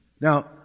Now